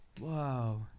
Wow